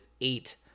eight